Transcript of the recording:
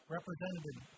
Representative